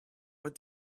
what